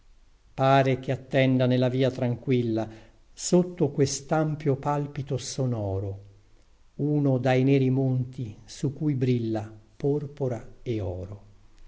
pare che attenda nella via tranquilla sotto questampio palpito sonoro uno dai neri monti su cui brilla porpora e oro